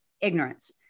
ignorance